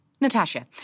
Natasha